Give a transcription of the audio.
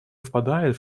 впадает